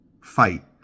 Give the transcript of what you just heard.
fight